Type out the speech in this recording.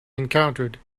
encountered